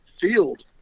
field